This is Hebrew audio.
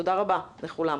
תודה רבה לכולם.